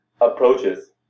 approaches